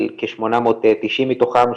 על כ-890 מתוכם,